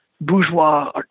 bourgeois